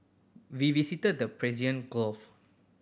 we visited the Persian Gulf